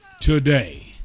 today